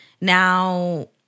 Now